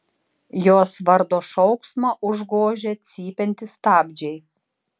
jos vardo šauksmą užgožia cypiantys stabdžiai